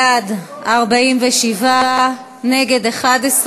בעד, 47, נגד, 11,